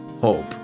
hope